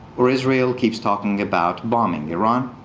or israel keeps talking about bombing iran.